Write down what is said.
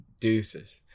Deuces